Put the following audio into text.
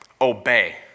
Obey